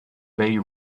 bay